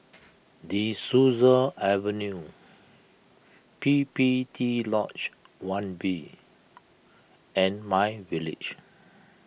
De Souza Avenue P P T Lodge one B and MyVillage